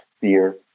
fear